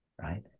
right